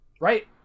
Right